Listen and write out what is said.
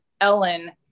Ellen